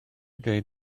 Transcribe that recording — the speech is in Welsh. dweud